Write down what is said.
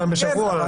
פעם בשבוע,